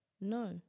No